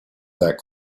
that